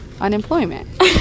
unemployment